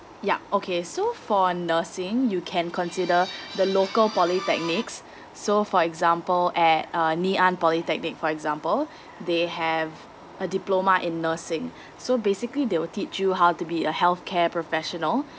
yup okay so for nursing you can consider the local polytechnics so for example at uh ngee ann polytechnic for example they have a diploma in nursing so basically they will teach you how to be a healthcare professional